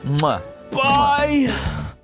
Bye